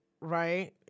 right